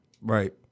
right